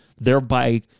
thereby